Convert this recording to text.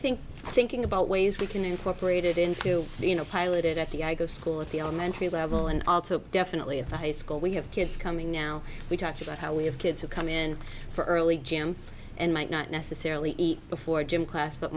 think thinking about ways we can incorporate it into the you know piloted at the i go to school at the elementary level and also definitely of high school we have kids coming now we talked about how we have kids who come in for early jam and might not necessarily eat before gym class but